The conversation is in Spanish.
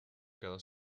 cada